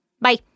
Bye